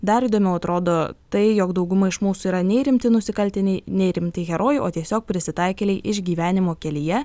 dar įdomiau atrodo tai jog dauguma iš mūsų yra nei rimti nusikaltėniai nei rimti herojai o tiesiog prisitaikėliai išgyvenimo kelyje